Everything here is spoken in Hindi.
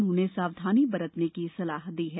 उन्होंने सावधानी बरतने की सलाह दी है